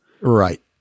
right